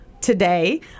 Today